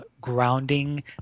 grounding